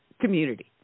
community